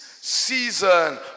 season